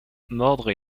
mordre